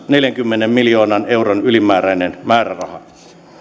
neljänkymmenen miljoonan euron ylimääräinen määräraha